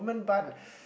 what